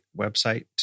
website